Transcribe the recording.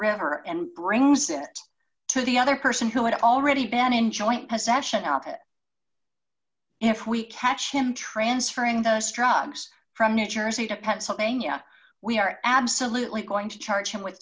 river and brings it to the other person who had already been in joint possession of it if we catch him transferring those trucks from new jersey to pennsylvania we are absolutely going to charge him with